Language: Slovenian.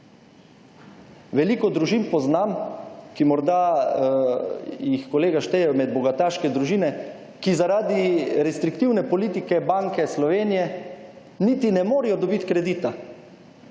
Veliko družin poznam, ki morda jih kolega šteje med bogataške družine, ki zaradi restriktivne politike Banke Slovenije niti ne morejo dobiti kredita.